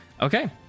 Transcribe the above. Okay